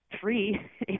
free